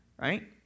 right